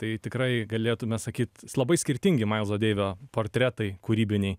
tai tikrai galėtume sakyt labai skirtingi mailzo deivio portretai kūrybiniai